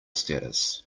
status